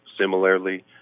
similarly